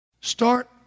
Start